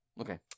Okay